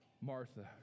Martha